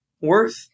worth